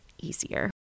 easier